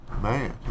Man